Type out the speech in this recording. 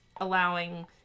allowing